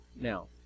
now